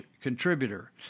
contributor